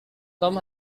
tom